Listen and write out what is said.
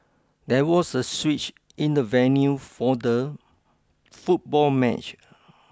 there was a switch in the venue for the football match